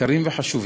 יקרים וחשובים.